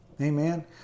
Amen